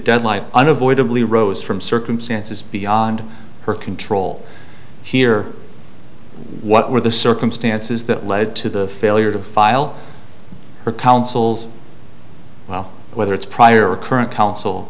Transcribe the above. deadline unavoidably rose from circumstances beyond her control here what were the circumstances that led to the failure to file her counsel's well whether it's prior current counsel